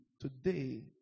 today